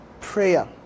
prayer